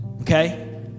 okay